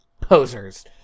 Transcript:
posers